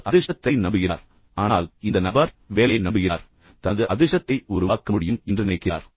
அவர் அதிர்ஷ்டத்தை நம்புகிறார் ஆனால் இந்த பக்கம் அந்த நபர் வேலையை நம்புகிறார் மேலும் அவர் தனது அதிர்ஷ்டத்தை உருவாக்க முடியும் என்று நினைக்கிறார்